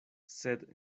sed